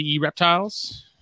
Reptiles